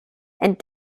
and